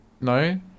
No